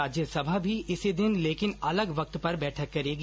राज्यसभा भी इसी दिन लेकिन अलग वक्त पर बैठक करेगी